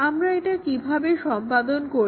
আমরা এটা কিভাবে সম্পাদন করি